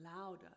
louder